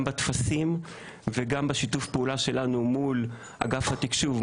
גם בטפסים וגם בשיתוף הפעולה שלנו מול אגף התקשוב,